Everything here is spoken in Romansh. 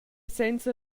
senza